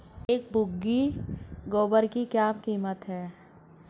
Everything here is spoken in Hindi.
एक बोगी गोबर की क्या कीमत है?